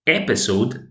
episode